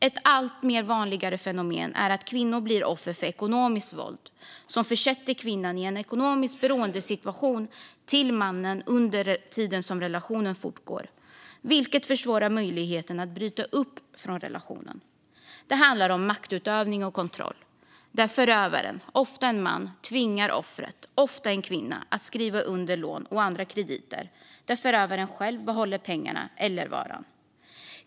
Ett allt vanligare fenomen är att kvinnor blir offer för ekonomiskt våld som försätter kvinnan i en ekonomisk beroendesituation gentemot mannen under tiden som relationen fortgår. Det förvårar möjligheten att bryta upp från relationen. Det handlar om maktutövning och kontroll. Förövaren, ofta en man, tvingar offret, ofta en kvinna, att skriva under lån och andra krediter. Och förövaren själv behåller pengarna eller varan.